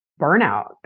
Burnout